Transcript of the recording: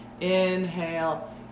inhale